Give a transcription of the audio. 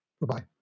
Bye-bye